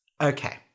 Okay